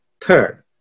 Third